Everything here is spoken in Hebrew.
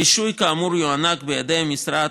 רישוי כאמור יוענק בידי המשרד,